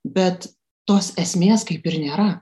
bet tos esmės kaip ir nėra